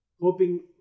hoping